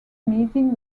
meeting